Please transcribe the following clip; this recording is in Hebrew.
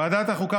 ועדת החוקה,